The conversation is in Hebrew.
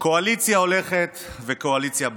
קואליציה הולכת וקואליציה באה,